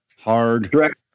Hard